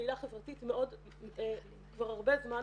פעילה חברתית כבר הרבה זמן,